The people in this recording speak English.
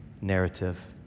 narrative